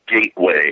Gateway